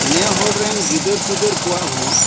ᱱᱮ ᱦᱚᱲ ᱨᱮᱱ ᱜᱤᱫᱟᱹᱨ ᱯᱤᱫᱟᱹᱨ ᱠᱚᱣᱟᱜ ᱦᱚᱸ